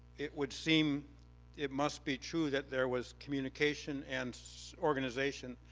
it would seem it must be true that there was communication and organization.